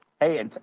Hey